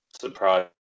surprise